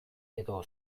edo